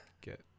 get